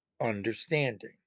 understanding